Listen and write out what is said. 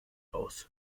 aus